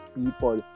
people